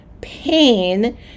pain